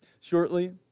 shortly